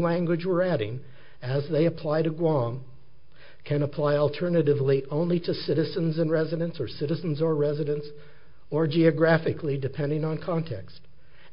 language reading as they apply to wrong can apply alternatively only to citizens and residents or citizens or residents or geographically depending on context